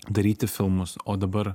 daryti filmus o dabar